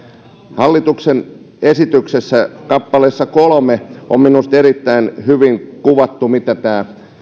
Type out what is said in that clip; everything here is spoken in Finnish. hallituksen esityksessä kolmannessa kappaleessa on minusta erittäin hyvin kuvattu mitä tämä